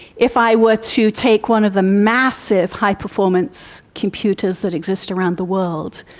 if i were to take one of the massive high-performance computers that exist around the world,